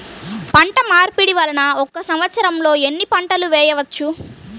పంటమార్పిడి వలన ఒక్క సంవత్సరంలో ఎన్ని పంటలు వేయవచ్చు?